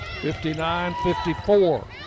59-54